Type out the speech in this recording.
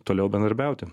toliau bendradarbiauti